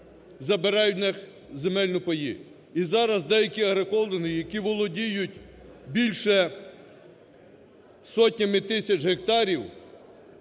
забирають в них земельні паї. І зараз деякі агрохолдинги, які володіють більше сотнями тисяч гектарів,